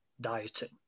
dieting